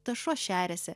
tas šuo šeriasi